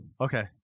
Okay